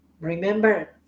Remember